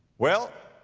well,